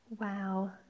Wow